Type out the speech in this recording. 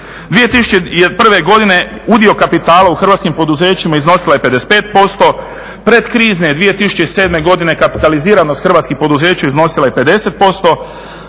2001. godine udio kapitala u hrvatskim poduzećima iznosila je 55%, predkrizne 2007. godine kapitaliziranost hrvatskih poduzeća iznosila je 50%